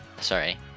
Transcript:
Sorry